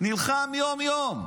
נלחם יום-יום,